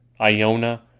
Iona